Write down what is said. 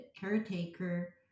caretaker